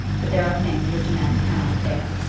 but there are things which a man cannot bear.